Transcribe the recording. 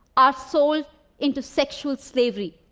are sold into sexual slavery.